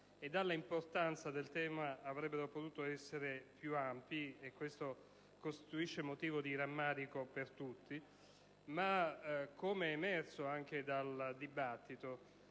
dalla importanza del tema avrebbero potuto essere più ampi (ciò costituisce motivo di rammarico per tutti). Come è emerso anche dal dibattito,